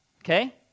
Okay